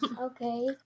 Okay